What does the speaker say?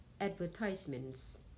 advertisements